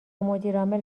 مدیرعامل